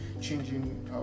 changing